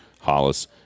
Hollis